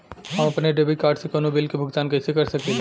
हम अपने debit card से कउनो बिल के भुगतान कइसे कर सकीला?